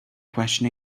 question